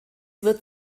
wird